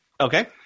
Okay